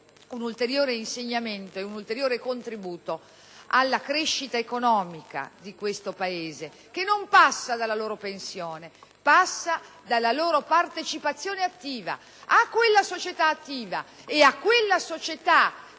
un ulteriore insegnamento e un ulteriore contributo alla crescita economica di questo Paese. Una crescita che non passa dalla loro pensione: passa dalla loro partecipazione attiva a quella società la cui pubblica